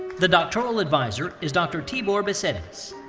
the doctoral advisor is dr. tibor besedes.